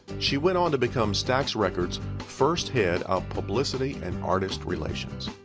she went on to become stax records' first head of publicity and artist relations.